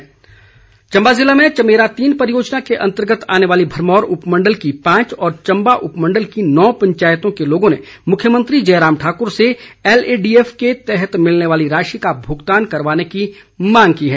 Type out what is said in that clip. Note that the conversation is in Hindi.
चंबा पंचायत चंबा जिला में चमेरा तीन परियोजना के अंतर्गत आने वाली भरमौर उपमंडल की पांच और चंबा उपमंडल की नौ पंचायतों के लोगों ने मुख्यमंत्री जयराम ठाकर से एलएडीएफ के तहत मिलने वाली राशि का भूगतान करवाने की मांग की है